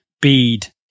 bead